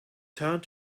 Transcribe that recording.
turned